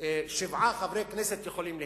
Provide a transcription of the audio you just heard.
של שבעה חברי כנסת יכולה להתפלג.